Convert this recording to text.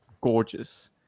gorgeous